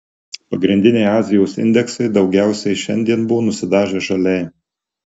pagrindiniai azijos indeksai daugiausiai šiandien buvo nusidažę žaliai